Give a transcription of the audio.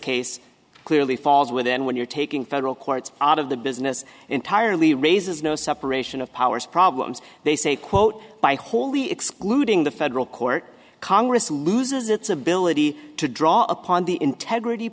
case clearly falls within when you're taking federal courts out of the business entirely raises no separation of powers problems they say quote by wholly excluding the federal court congress loses its ability to draw upon the integrity